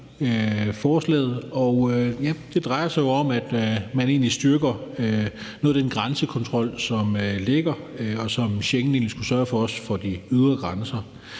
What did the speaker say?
retning, og det drejer sig jo om, at man egentlig styrker noget af den grænsekontrol, som ligger, og som Schengen egentlig skulle sørge for også for de ydre grænser.